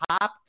top